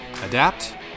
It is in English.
adapt